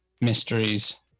mysteries